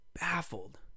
baffled